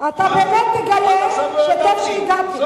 עד עכשיו לא ידעתי.